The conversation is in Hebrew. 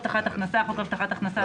"חוק הבטחת הכנסה" - חוק הבטחת הכנסה,